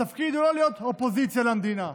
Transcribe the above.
התפקיד הוא לא להיות אופוזיציה למדינה,